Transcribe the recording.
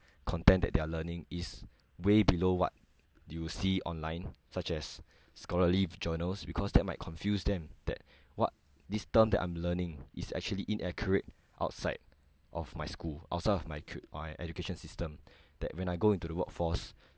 content that they're learning is way below what you see online such as scholarly journals because that might confuse them that what this term that I'm learning is actually inaccurate outside of my school outside of my cu~ my education system that when I go into the workforce